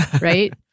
right